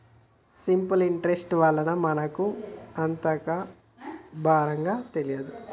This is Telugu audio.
సింపుల్ ఇంటరెస్ట్ వలన మనకు అంతగా భారం అనేది తెలియదు